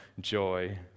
joy